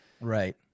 Right